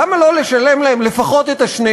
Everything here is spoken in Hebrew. למה לא לשלם להם לפחות את שני-השלישים?